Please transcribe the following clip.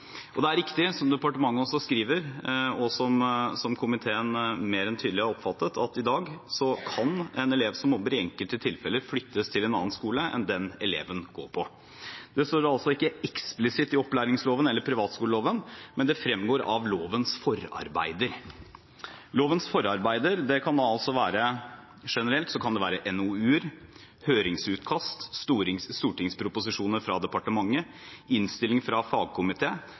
signaliserer. Det er riktig som departementet også skriver, og som komiteen mer enn tydelig har oppfattet, at i dag kan en elev som mobber, i enkelte tilfeller flyttes til en annen skole enn den eleven går på. Det står altså ikke eksplisitt i opplæringsloven eller privatskoleloven, men det fremgår av lovens forarbeider. Lovens forarbeider kan generelt være NOU-er, høringsutkast, stortingsproposisjoner fra departementet, innstilling fra